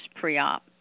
pre-op